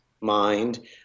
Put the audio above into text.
mind